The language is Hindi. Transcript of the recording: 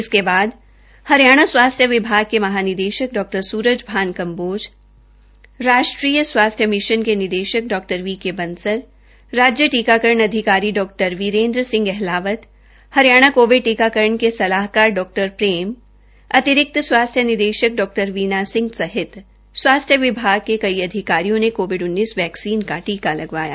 इसके बाद हरियाणा स्वास्थ्य विभाग के महानिदेषक डॉ सूरजभान कम्बोज राष्ट्रीय स्वास्थ्य मिषन के निदेषक डॉ वीके बंसल राज्य टीकाकरण अधिकारी डॉ वीरेन्द्र सिंह अहलावत हरियाणा कोविड टीकाकरण के सलाहकार डॉ प्रेम अतिरिक्त स्वास्थ्य निदेषक डॉ वीणा सिंह सहित स्वास्थ्य विभाग के कई अधिकारियों ने कोविड वैक्सीन का टीका लगवाया